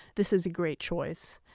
this is a great choice